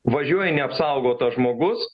važiuoja neapsaugotas žmogus